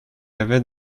avait